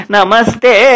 Namaste